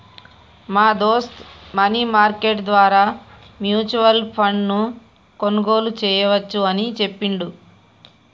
మా దోస్త్ money market ద్వారా మ్యూచువల్ ఫండ్ ను కొనుగోలు చేయవచ్చు అని చెప్పిండు